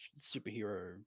superhero